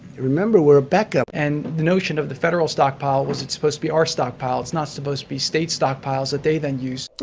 remember, we're a backup. and the notion of the federal stockpile was it's supposed to be our stockpile. it's not supposed to be states' stockpiles that they then use.